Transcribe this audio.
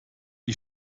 die